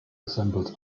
resembles